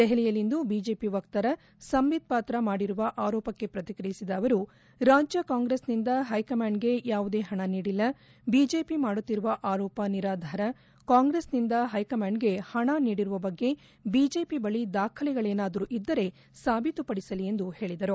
ದೆಹಲಿಯಲ್ಲಿಂದು ಬಿಜೆಪಿ ವಕ್ತಾರ ಸಂಬಿತ್ ಪಾತ್ರಾ ಮಾಡಿರುವ ಆರೋಪಕ್ಕೆ ಪ್ರಕಿಕ್ರಿಯಿಸಿದ ಅವರು ರಾಜ್ಯ ಕಾಂಗ್ರೆಸ್ ನಿಂದ ಹೈಕಮಾಂಡ್ ಗೆ ಯಾವುದೇ ಹಣ ನೀಡಿಲ್ಲ ಬಿಜೆಪಿ ಮಾಡುತ್ತಿರುವ ಆರೋಪ ನಿರಾಧಾರ ಕಾಂಗ್ರೆಸ್ಸಿನಿಂದ ಹೈಕಮಾಂಡ್ಗೆ ಹಣ ನೀಡಿರುವ ಬಗ್ಗೆ ಬಿಜೆಪಿ ಬಳಿ ದಾಖಲೆಗಳಿದ್ದರೆ ಸಾಬೀತುಪಡಿಸಲಿ ಎಂದು ಹೇಳದರು